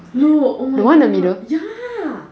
the one in the middle